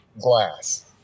glass